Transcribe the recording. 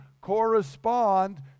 correspond